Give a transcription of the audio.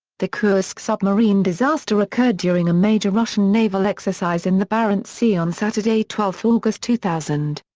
the kursk submarine disaster occurred during a major russian naval exercise in the barents sea on saturday, twelve august two thousand.